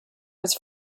was